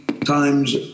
Times